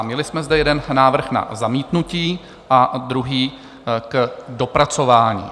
Měli jsme zde jeden návrh na zamítnutí a druhý k dopracování.